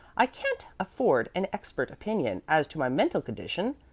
i can't afford an expert opinion as to my mental condition.